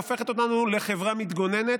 והופכת אותנו לחברה מתגוננת.